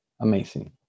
amazing